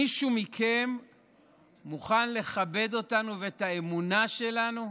מישהו מכם מוכן לכבד אותנו ואת האמונה שלנו?